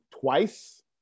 twice